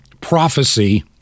prophecy